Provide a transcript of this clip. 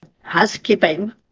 Housekeeping